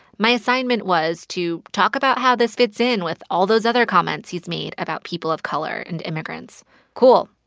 my assignment was to talk about how this fits in with all those other comments he's made about people of color and immigrants cool,